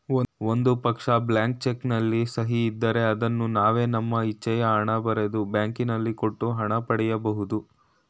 ಒಂದು ಪಕ್ಷ, blank cheque ನಲ್ಲಿ ಸಹಿ ಇದ್ದರೆ ಅದನ್ನು ನಾವೇ ನಮ್ಮ ಇಚ್ಛೆಯ ಹಣ ಬರೆದು, ಬ್ಯಾಂಕಿನಲ್ಲಿ ಕೊಟ್ಟು ಹಣ ಪಡಿ ಬಹುದು